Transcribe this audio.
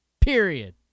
Period